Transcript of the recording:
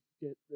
get